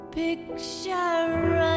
picture